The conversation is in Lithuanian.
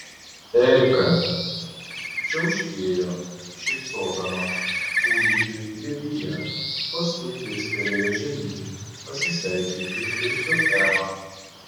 erika čiauškėjo šypsodama kūdikiui glėbyje paskui dirstelėjo žemyn pasisveikinti ir su ema